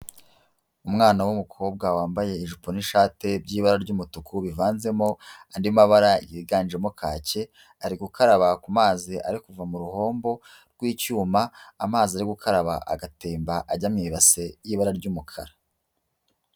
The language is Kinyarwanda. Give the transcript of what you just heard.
Umwana w'umukobwa wambaye ijipo n'ishati by'ibara ry'umutuku bivanzemo andi mabara yiganjemo kake, ari gukaraba ku mazi ari kuva mu ruhombo rw'icyuma, amazi ari gukaraba agatemba ajya mu basi y'ibara ry'umukara.